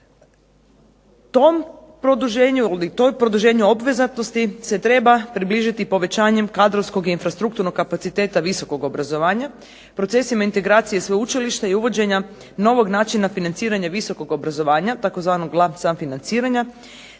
Tom produženju ili to produženje obvezatnosti se treba približiti povećanjem kadrovskog i infrastrukturnog kapaciteta visokog obrazovanja procesima integracije sveučilišta i uvođenja novog načina financiranja visokog obrazovanja, tzv. …/Govornica